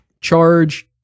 charge